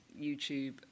YouTube